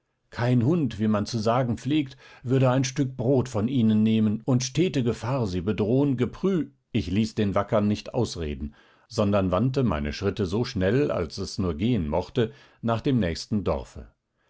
kein hund wie man zu sagen pflegt würde ein stück brot von ihnen nehmen und stete gefahr sie bedrohen geprü ich ließ den wackern nicht ausreden sondern wandte meine schritte so schnell als es nur gehen mochte nach dem nächsten dorfe